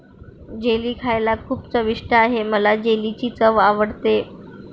jelly खायला खूप चविष्ट आहे मला जेलीची चव आवडते